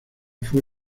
fue